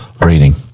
reading